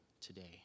today